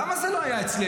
למה זה לא היה אצלנו?